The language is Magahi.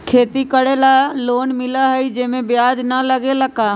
खेती करे ला लोन मिलहई जे में ब्याज न लगेला का?